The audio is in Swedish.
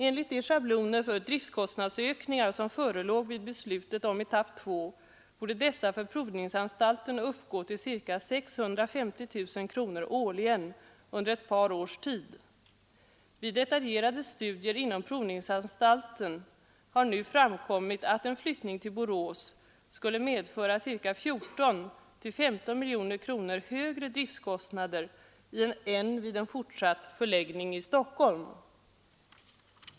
Enligt de schabloner för driftskostnadsökningar som förelåg vid beslutet om etapp 2 borde dessa för provningsanstalten uppgå till ca 650 000 kronor årligen under ett par års tid. Vid detaljerade studier inom provningsanstalten har nu framkommit att en flyttning till Borås skulle medföra ca 14—15 miljoner kronor högre driftskostnader än vid en fortsatt förläggning i Stockholm.